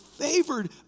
favored